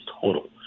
total